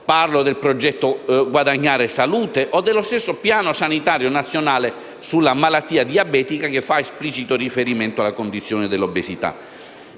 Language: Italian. parlo del progetto Guadagnare salute o dello stesso Piano sanitario nazionale sulla malattia diabetica, che fa esplicito riferimento alla condizione dell'obesità.